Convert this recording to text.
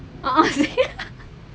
a'ah ya